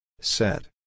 Set